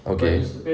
okay